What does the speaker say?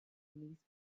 niece